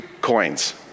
coins